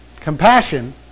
compassion